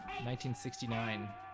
1969